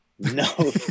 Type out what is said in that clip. no